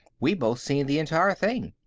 we both seen the entire thing.